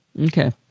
Okay